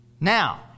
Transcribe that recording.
Now